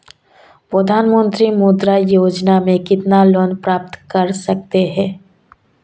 प्रधानमंत्री मुद्रा योजना में कितना लोंन प्राप्त कर सकते हैं?